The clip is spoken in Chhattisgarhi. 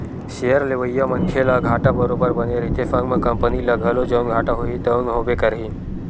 सेयर लेवइया मनखे ल घाटा बरोबर बने रहिथे संग म कंपनी ल घलो जउन घाटा होही तउन होबे करही